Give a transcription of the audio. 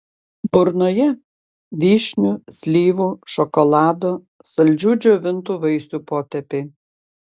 burnoje vyšnių slyvų šokolado saldžių džiovintų vaisių potėpiai